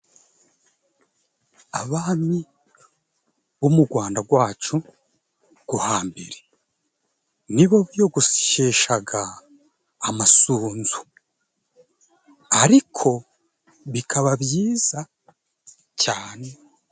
Abami bo mu Rwanda rwacu rwo hambere, nibo biyogosheshaga amasunzu, ariko bikaba byiza cyane.